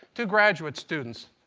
two graduate students